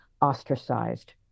ostracized